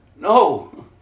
No